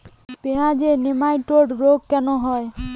পেঁয়াজের নেমাটোড রোগ কেন হয়?